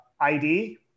ID